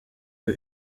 you